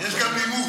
יש גם נימוס.